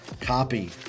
copy